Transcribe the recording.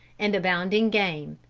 and abounding game.